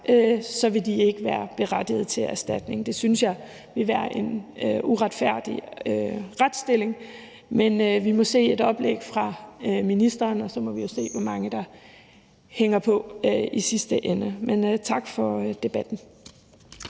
så ikke vil være berettiget til erstatning, synes jeg, det vil være en uretfærdig retsstilling. Men vi må se et oplæg fra ministeren, og så må vi jo se, hvor mange der hænger på i sidste ende. Men tak for debatten.